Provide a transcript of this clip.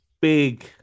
big